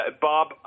Bob